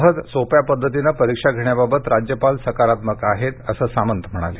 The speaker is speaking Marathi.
सहज सोप्या पद्धतीनं परीक्षा घेण्याबाबत राज्यपाल सकारात्मक आहेत असं सामंत म्हणाले